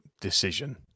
decision